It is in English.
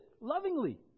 lovingly